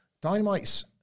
Dynamite's